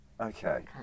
Okay